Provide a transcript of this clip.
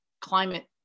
climate